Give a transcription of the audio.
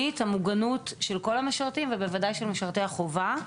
המוגנות של כל המשרתים, ובוודאי של משרתי החובה,